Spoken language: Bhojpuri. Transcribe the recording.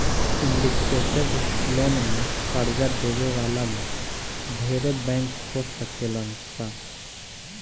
सिंडीकेटेड लोन में कर्जा देवे वाला में ढेरे बैंक हो सकेलन सा